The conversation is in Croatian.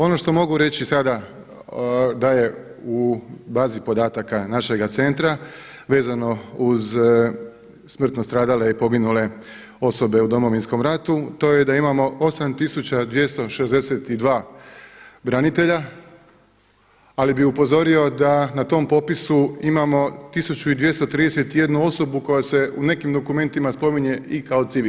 Ono što mogu reći sada da je u bazi podataka našega centra vezano uz smrtno stradale i poginule osobe u Domovinskom ratu to je da imamo 8 tisuća 262 branitelja ali bih upozorio da na tom popisu imamo 1231 osobu koja se u nekim dokumentima spominje i kao civil.